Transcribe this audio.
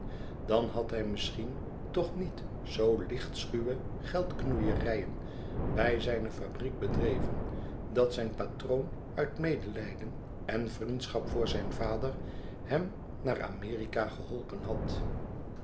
dan had hij misschien toch niet z lichtschuwe geldknoeierijen bij zijne fabriek bedreven dat zijn patroon uit medelijden en vriendschap voor zijn vader hem naar amerika geholpen had